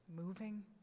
moving